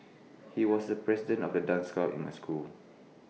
he was the president of the dance club in my school